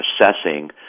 assessing